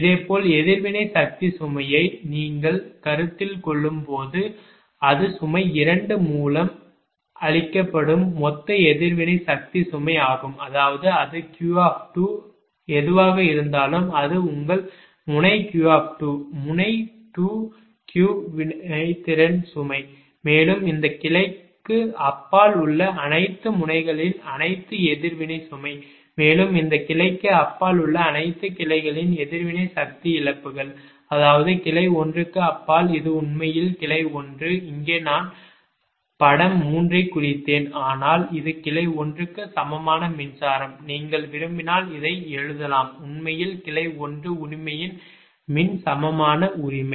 இதேபோல் எதிர்வினை சக்தி சுமையை நீங்கள் கருத்தில் கொள்ளும்போது அது சுமை 2 மூலம் அளிக்கப்படும் மொத்த எதிர்வினை சக்தி சுமை ஆகும் அதாவது அது Q எதுவாக இருந்தாலும் அது உங்கள் முனை Q முனை 2 Q வினைத்திறன் சுமை மேலும் இந்த கிளைக்கு அப்பால் உள்ள அனைத்து முனைகளின் அனைத்து எதிர்வினை சுமை மேலும் இந்த கிளைக்கு அப்பால் உள்ள அனைத்து கிளைகளின் எதிர்வினை சக்தி இழப்புகள் அதாவது கிளை 1 க்கு அப்பால் இது உண்மையில் கிளை 1 இங்கே நான் படம் 3 ஐ குறித்தேன் ஆனால் இது கிளை 1 க்கு சமமான மின்சாரம் நீங்கள் விரும்பினால் இதை எழுதலாம் உண்மையில் கிளை 1 உரிமையின் மின் சமமான உரிமை